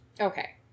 Okay